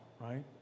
right